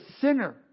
sinner